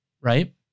right